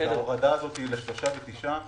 ההורדה הזאת ל-3 חודשים וההעלאה ל-9